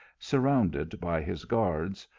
surrounded by his guards,